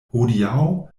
hodiaŭ